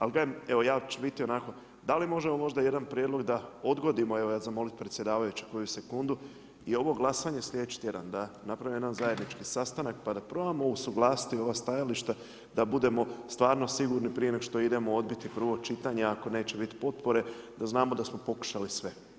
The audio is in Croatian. Ali kažem, evo ja ću biti onako, da li možemo jedan prijedlog da odgodimo, evo ja ću zamoliti predsjedavajućeg koju sekundu, i ovo glasanje sljedeći tjedan da napravimo jedan zajednički sastanak pa da probamo usuglasiti ova stajališta, da budemo stvarno sigurni prije nego što idemo odbiti prvo čitanje, ako neće biti potpore da znamo da smo pokušali sve.